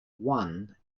one